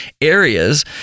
areas